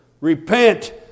Repent